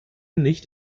nicht